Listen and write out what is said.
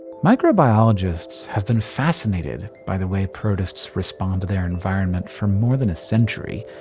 microbiologists have been fascinated by the way protists respond to their environment for more than a century.